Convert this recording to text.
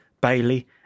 Bailey